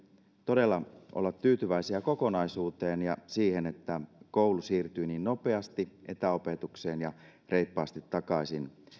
todella olla tyytyväisiä kokonaisuuteen ja siihen että koulu siirtyi niin nopeasti etäopetukseen ja reippaasti takaisin